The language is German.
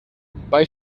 bei